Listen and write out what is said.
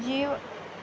जीव